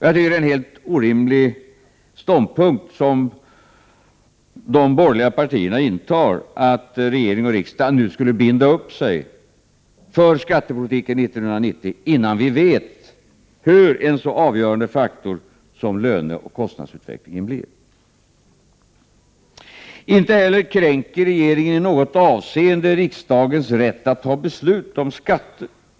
Jag tycker att det är en helt orimlig ståndpunkt som de borgerliga partierna intar, att regering och riksdag nu skulle binda upp sig för skattepolitiken 1990, innan vi vet hurdan en så avgörande faktor som löneoch kostnadsutvecklingen blir. Inte heller kränker regeringen i något avseende riksdagens rätt att besluta om skatter.